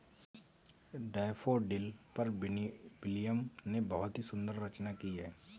daffodil पर William ने बहुत ही सुंदर रचना की है